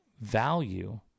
value